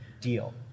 deal